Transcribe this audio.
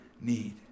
need